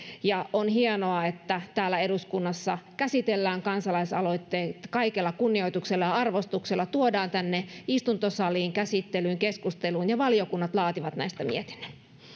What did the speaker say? ja on hienoa että täällä eduskunnassa käsitellään kansa laisaloitteet kaikella kunnioituksella ja arvostuksella tuodaan tänne istuntosaliin käsittelyyn keskusteluun ja valiokunnat laativat näistä mietinnön